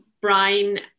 brian